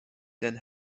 then